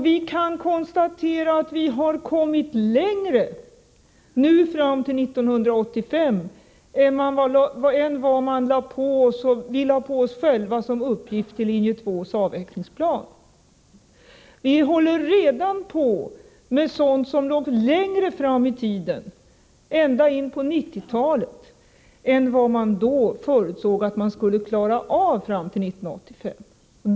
Vi kan konstatera att vi nu fram till 1985 kommit längre än vad vi lade på oss själva som uppgift då det gäller avvecklingsplanen. Vi håller redan på med sådant som ligger längre fram i tiden än vad det förutsågs att man skulle klara fram till 1985 — ända in på 1990-talet.